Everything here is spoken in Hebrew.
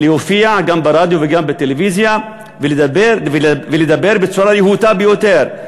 להופיע גם ברדיו וגם בטלוויזיה ולדבר בצורה רהוטה ביותר,